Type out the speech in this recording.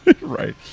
Right